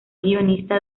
guionista